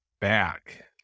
back